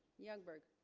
youngberg